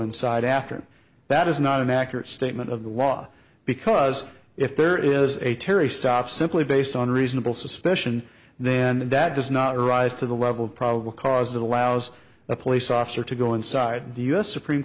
inside after that is not an accurate statement of the law because if there is a terry stop simply based on reasonable suspicion then that does not rise to the level of probable cause that allows a police officer to go inside the u s supreme